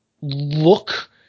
look